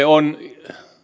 on